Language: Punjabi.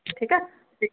ਠੀਕ ਆ